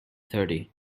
thirty